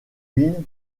mines